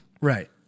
Right